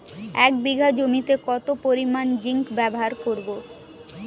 এক বিঘা জমিতে কত পরিমান জিংক ব্যবহার করব?